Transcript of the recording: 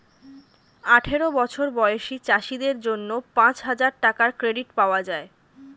আঠারো বছর বয়সী চাষীদের জন্য পাঁচহাজার টাকার ক্রেডিট পাওয়া যায়